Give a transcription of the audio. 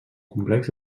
complex